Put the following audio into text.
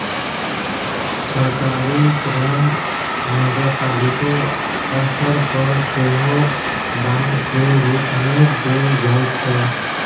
सरकारी ऋण नगरपालिको स्तर पर सेहो बांड केर रूप मे देल जाइ छै